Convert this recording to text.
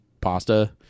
pasta